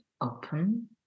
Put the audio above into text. open